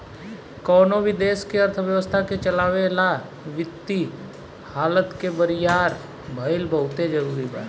कवनो भी देश के अर्थव्यवस्था के चलावे ला वित्तीय हालत के बरियार भईल बहुते जरूरी बा